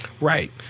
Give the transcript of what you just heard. Right